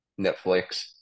Netflix